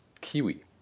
kiwi